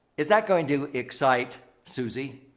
is that going to excite susie?